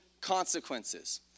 consequences